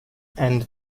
and